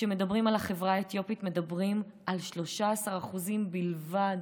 כשמדברים על החברה האתיופית מדברים על 13% בלבד,